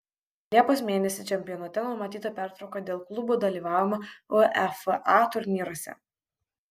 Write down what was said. liepos mėnesį čempionate numatyta pertrauka dėl klubų dalyvavimo uefa turnyruose